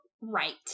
right